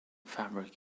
fabric